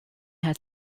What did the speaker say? had